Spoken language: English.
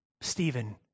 Stephen